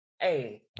hey